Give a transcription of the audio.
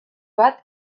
bat